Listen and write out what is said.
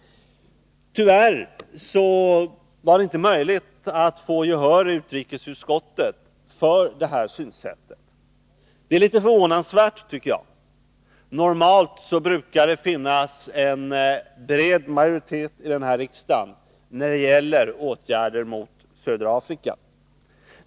Tyvärr var det inte möjligt att få gehör i utrikesutskottet för detta synsätt. Det är enligt min mening litet förvånansvärt. Normalt brukar det finnas en bred majoritet i riksdagen när det gäller åtgärder mot södra Afrika.